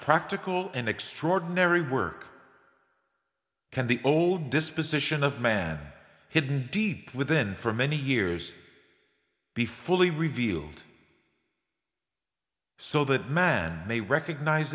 practical and extraordinary work can the old disposition of man hidden deep within for many years be fully revealed so that man may recognize